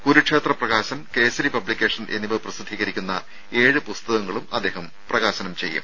Kurukshetra Prakashan Kesari publication എന്നിവ പ്രസിദ്ധീകരിക്കുന്ന ഏഴ് പുസ്തകങ്ങളും അദ്ദേഹം പ്രകാശനം ചെയ്യും